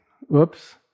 Whoops